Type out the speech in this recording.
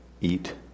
eat